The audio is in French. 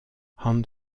han